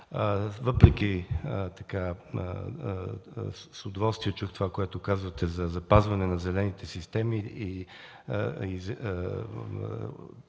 община. С удоволствие чух това, което казвате за запазване на зелените системи в